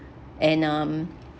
and um